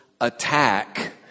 attack